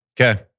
Okay